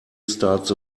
starts